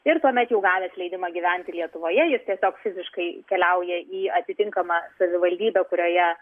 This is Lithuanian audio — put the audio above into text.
ir tuomet jau gavęs leidimą gyventi lietuvoje jis tiesiog fiziškai keliauja į atitinkamą savivaldybę kurioje